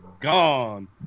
gone